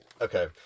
Okay